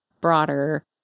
broader